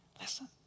Listen